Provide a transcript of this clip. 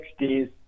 60s